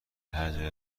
هرجایی